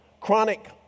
Chronic